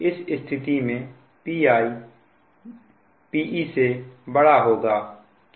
इस स्थिति में Pi Pe